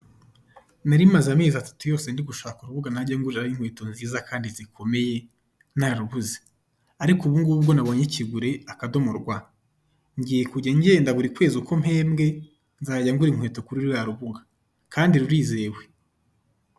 Narimaze amezi atatu yose ndigushaka rubuga najya nguriraho inkweto nziza kandi zikomeye nararubuze. Ariko ubungubu ubwo nabonye kigure akadomo rwa ngiye kujya ngenda buri kwezi uko mpembwe nzajya ngura inkweto kuri ruriya rubuga, kandi rurizewe.